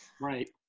Right